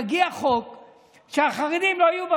כי אתם ימנים,